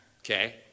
Okay